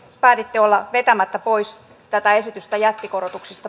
päätitte olla vetämättä pois täältä eduskunnasta tätä esitystä jättikorotuksista